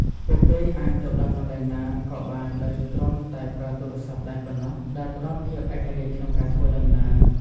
ពួកគេអាចទៅដល់កន្លែងណាក៏បានដោយគ្រាន់តែប្រើទូរស័ព្ទដៃប៉ុណ្ណោះដែលផ្តល់ភាពឯករាជ្យក្នុងការធ្វើដំណើរ។